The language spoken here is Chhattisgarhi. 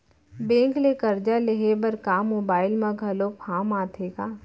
बैंक ले करजा लेहे बर का मोबाइल म घलो फार्म आथे का?